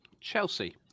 Chelsea